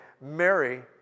Mary